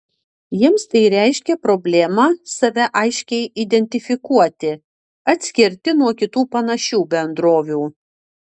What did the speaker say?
jiems tai reiškia problemą save aiškiai identifikuoti atskirti nuo kitų panašių bendrovių